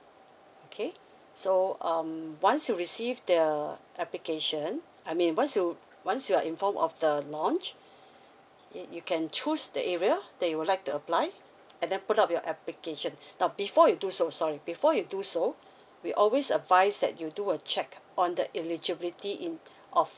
okay so um once you receive the application I mean once you once you are informed of the launch it you can choose the area that you would like to apply and then put up your application now before you do so sorry before you do so we always advise that you do a check on the eligibility in of